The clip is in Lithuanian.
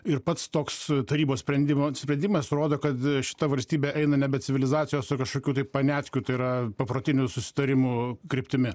ir pats toks tarybos sprendimo atsiradimas rodo kad šita valstybė eina nebe civilizacijos o kažkokių tai paniatkių tai yra paprotinių susitarimų kryptimi